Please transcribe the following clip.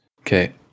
Okay